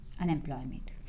unemployment